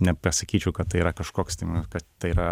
nepasakyčiau kad tai yra kažkoks tai mano kad tai yra